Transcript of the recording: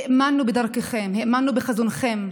האמנו בדרככם, האמנו בחזונכם,